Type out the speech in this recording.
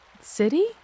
City